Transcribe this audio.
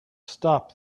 stop